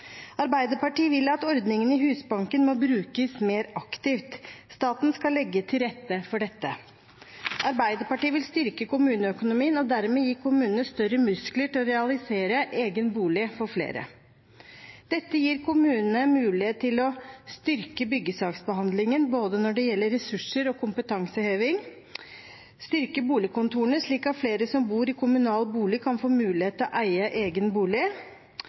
Arbeiderpartiet vil at ordningene i Husbanken skal brukes mer aktivt. Staten skal legge til rette for dette. Arbeiderpartiet vil styrke kommuneøkonomien og dermed gi kommunene større muskler til å realisere egen bolig for flere. Dette gir kommunene mulighet til å styrke byggesaksbehandlingen når det gjelder både ressurser og kompetanseheving, styrke boligkontorene slik at flere som bor i kommunal bolig, kan få mulighet til å eie egen bolig,